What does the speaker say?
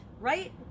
right